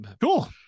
Cool